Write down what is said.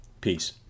Peace